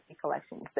collections